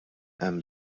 hemm